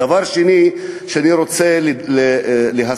דבר שני שאני רוצה להזכיר,